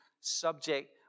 subject